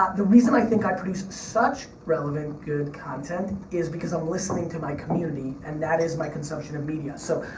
the reason i think i produce such relevant, good content, is because i'm listening to my community and that is my consumption of media. so,